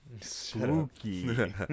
Spooky